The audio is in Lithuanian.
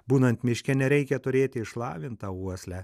būnant miške nereikia turėti išlavintą uoslę